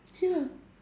ya